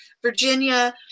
Virginia